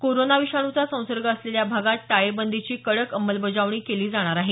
corona विषाणूचा संसर्ग असलेल्या भागात टाळेबंदीची कडक अंमलबजावणी केली जाणार आहे